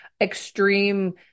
extreme